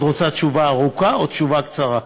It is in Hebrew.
את רוצה תשובה ארוכה או תשובה קצרה?